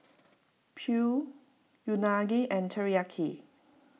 Pho Unagi and Teriyaki